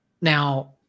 Now